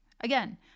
Again